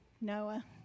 Noah